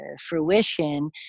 fruition